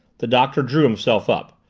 the doctor drew himself up.